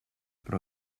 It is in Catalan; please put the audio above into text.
però